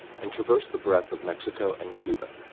and traversed the breadth of mexico and cuba.